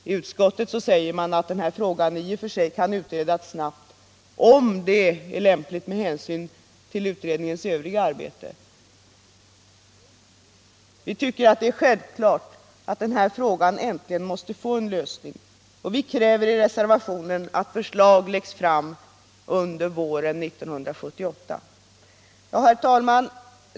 I utskottet säger man att den här frågan i och för sig kan utredas snabbt, om det är lämpligt med hänsyn till utredningens övriga arbete. Vi däremot tycker det är självklart att det äntligen blir en lösning, och vi kräver i reservationen att förslag läggs fram under våren 1978. Herr talman!